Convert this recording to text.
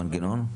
המנגנון?